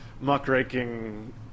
muckraking